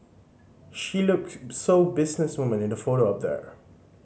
she look so business woman in the photo up there